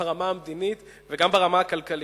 ברמה המדינית, וגם ברמה הכלכלית.